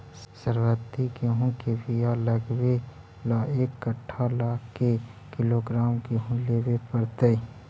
सरबति गेहूँ के बियाह लगबे ल एक कट्ठा ल के किलोग्राम गेहूं लेबे पड़तै?